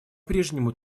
прежнему